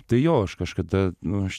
tai jo aš kažkada nu aš